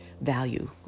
value